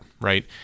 right